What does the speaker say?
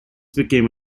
became